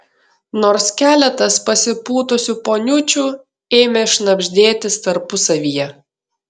nors keletas pasipūtusių poniučių ėmė šnabždėtis tarpusavyje